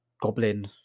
goblin